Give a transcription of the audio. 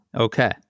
Okay